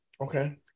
okay